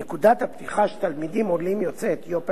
נקודת הפתיחה של תלמידים עולים יוצאי אתיופיה